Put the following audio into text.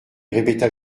répéta